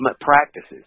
practices